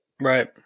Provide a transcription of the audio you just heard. Right